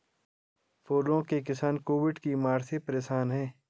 फूलों के किसान कोविड की मार से परेशान है